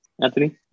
Anthony